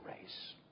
race